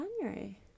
January